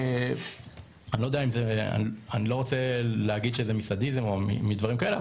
אני לא רוצה להגיד שזה מסדיזם או מדברים כאלה,